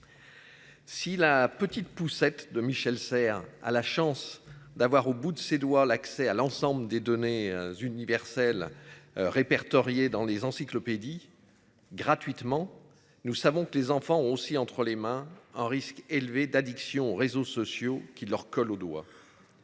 Si la petite poussette de Michel Serres a la chance d'avoir au bout de ses doigts l'accès à l'ensemble des données universelles répertoriés dans les encyclopédies. Gratuitement. Nous savons que les enfants ont aussi entre les mains en risque élevé d'addiction aux réseaux sociaux qui leur colle au doigt.